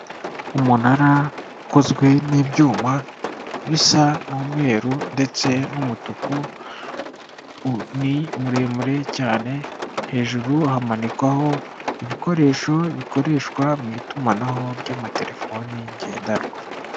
Umunara ukozwe n'ibyuma bisa n'umweru ndetse n'umutuku, ni muremure cyane hejuru hamanikwaho ibikoresho bikoreshwa mu itumanaho ry'amatelefone ngendanwa.